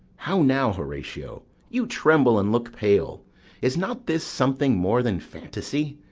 how now, horatio! you tremble and look pale is not this something more than fantasy?